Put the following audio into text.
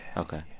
ok.